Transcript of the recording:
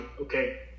okay